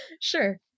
Sure